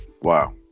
Wow